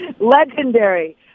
legendary